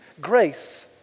Grace